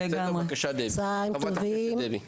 בבקשה, חברת הכנסת דבי ביטון.